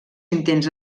intents